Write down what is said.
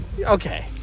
Okay